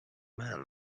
man